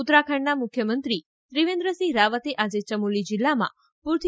ઉત્તરાખંડના મુખ્યમંત્રી ત્રિવેન્દ્રસિંહ રાવતે આજે ચમોલી જિલ્લામાં પૂરથી